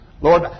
Lord